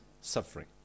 suffering